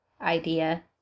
idea